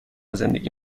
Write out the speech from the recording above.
زندگی